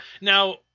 now